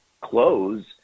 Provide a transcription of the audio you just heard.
close